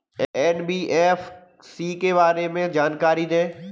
NBFC के बारे में जानकारी दें?